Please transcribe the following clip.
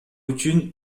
үчүн